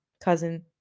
cousin